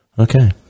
Okay